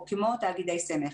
או כמו תאגידי סמך.